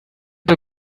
the